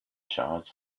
charge